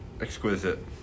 Exquisite